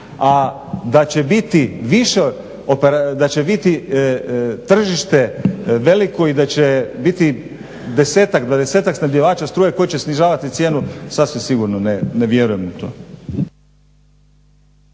A da će biti tržište veliko i da će biti 10-tak, 20-tak snabdjevača struje koji će snižavati cijenu, sasvim sigurno ne vjerujem u to.